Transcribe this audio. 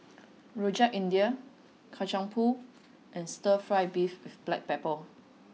Rojak India Kacang Pool and stir fry beef with black pepper